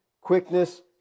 quickness